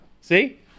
See